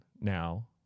now